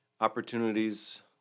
opportunities